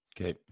Okay